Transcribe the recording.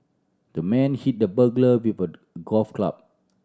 the man hit the burglar with the golf club